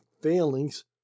failings